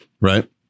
Right